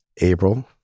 April